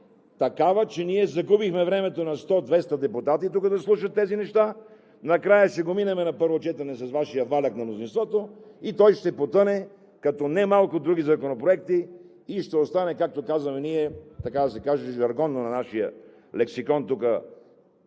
такава, че ние загубихме времето на 100 – 200 депутати да слушат тези неща, накрая ще го минем на първо четене с Вашия валяк – на мнозинството, и той ще потъне, като немалко други законопроекти, и ще остане, както казваме ние жаргонно на нашия парламентарен